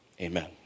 amen